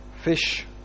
Fish